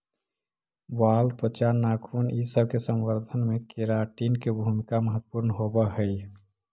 बाल, त्वचा, नाखून इ सब के संवर्धन में केराटिन के भूमिका महत्त्वपूर्ण होवऽ हई